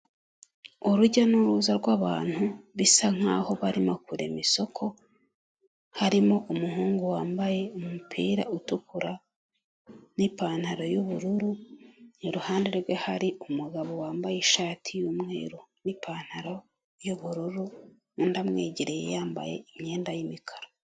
Urujya n'uruza rw'abantu bisa nk'aho barimo kurema isoko, harimo umuhungu wambaye umupira utukura n'ipantaro y'ubururu iruhande rwe hari umugabo wambaye ishati y'umweru n'ipantaro y'ubururu undi amwegereye yambaye imyenda y'imikara.